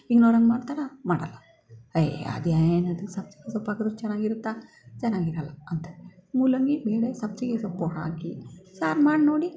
ignore ಹಂಗೆ ಮಾಡ್ತಾರಾ ಮಾಡೋಲ್ಲ ಅಯ್ಯೋ ಅದೇನದು ಸೊಪ್ಪು ಸೊಪ್ಪಾಕಿದ್ರೆ ಚೆನ್ನಾಗಿರುತ್ತಾ ಚೆನ್ನಾಗಿರೋಲ್ಲ ಅಂತ ಮೂಲಂಗಿ ಬೇಳೆ ಸಬ್ಬಸಿಗೆ ಸೊಪ್ಪು ಹಾಕಿ ಸಾರು ಮಾಡಿ ನೋಡಿ